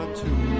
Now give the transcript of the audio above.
two